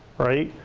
right?